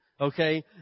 Okay